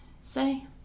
say